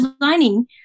designing